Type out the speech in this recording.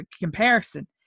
comparison